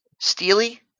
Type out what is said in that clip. steely